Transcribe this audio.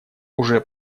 уже